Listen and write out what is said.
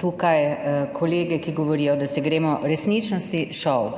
tukaj kolege, ki govorijo, da se gremo resničnosti šov